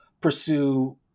pursue